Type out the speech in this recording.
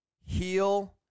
heal